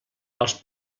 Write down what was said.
els